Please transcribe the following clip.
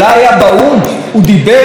הוא דיבר עם נשיא מצרים,